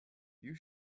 you